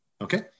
Okay